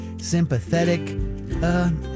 sympathetic